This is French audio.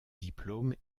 diplôme